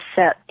set